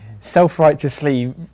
self-righteously